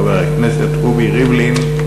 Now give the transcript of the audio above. חבר הכנסת רובי ריבלין,